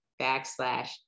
backslash